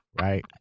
right